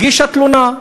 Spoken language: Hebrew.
הגישה תלונה.